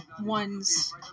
ones